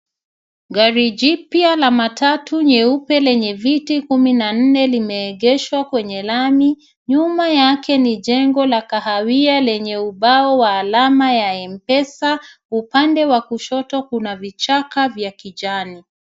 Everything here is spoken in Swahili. Gari jipya la matatu nyeupe lenye viti kumi na nne limeegeshwa kwenye lami. Nyuma yake ni jengo la kahawia lenye ubao wa alama ya M-pesa. Upande wa kushoto kuna vichaka vya kijani.